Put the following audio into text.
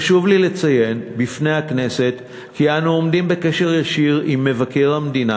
חשוב לי לציין בפני הכנסת כי אנו עומדים בקשר ישיר עם מבקר המדינה